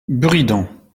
buridan